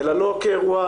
לא כאירוע